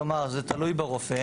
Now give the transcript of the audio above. כלומר זה תלוי ברופא,